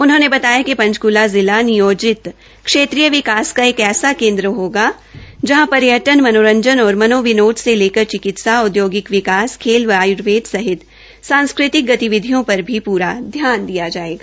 उन्होंने बताया कि पंचकूला जिला नियोजित क्षेत्रीय विकास का एक ऐसा केन्द्र होगा जहां पर्य न मनोरंजन और मनोविनोद से लेकर चिकित्सा औदयोगिक विकास खेल व आयुर्वेद सहित सांस्कृतिक गतिविधियों पर पूरा ध्यान दिया जायेगा